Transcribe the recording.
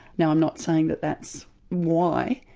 now i'm not saying that that's why,